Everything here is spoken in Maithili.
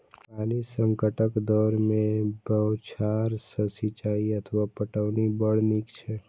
पानिक संकटक दौर मे बौछार सं सिंचाइ अथवा पटौनी बड़ नीक छै